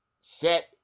set